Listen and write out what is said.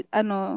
ano